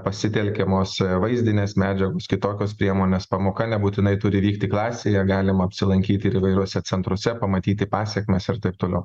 pasitelkiamos vaizdinės medžiagos kitokios priemonės pamoka nebūtinai turi vykti klasėje galima apsilankyti ir įvairiuose centruose pamatyti pasekmes ir taip toliau